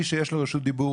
שמי שיש לו רשות דיבור,